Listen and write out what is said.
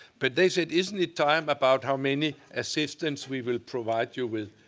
but they said, isn't time about how many assistants we will provide you with?